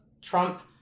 Trump